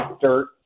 dirt